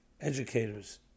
educators